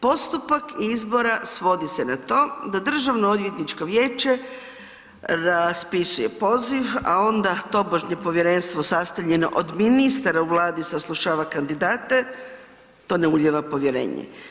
Postupak izbora svodi se na to da Državnoodvjetničko vijeće raspisuje poziv a onda tobožnje povjerenstvo sastavljeno od ministara u Vladi saslušava kandidate, to ne ulijeva povjerenje.